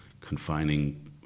confining